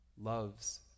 love's